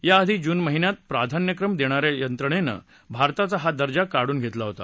याआधी जून महिन्यात प्राधान्यक्रम देणा या यंत्रणेनं भारताचा हा दर्जा काढून घेतला होता